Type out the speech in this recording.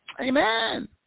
Amen